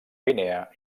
guinea